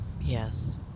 yes